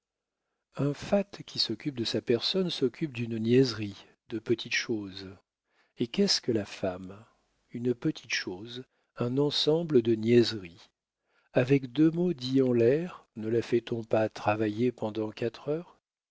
un fat qui s'occupe de sa personne s'occupe d'une niaiserie de petites choses et qu'est-ce que la femme une petite chose un ensemble de niaiseries avec deux mots dits en l'air ne la fait-on pas travailler pendant quatre heures